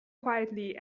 quietly